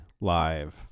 live